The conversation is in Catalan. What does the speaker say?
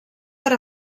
per